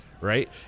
right